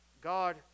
God